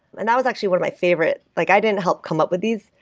and that was actually one of my favorite. like i didn't help come up with these.